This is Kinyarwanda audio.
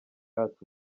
yacu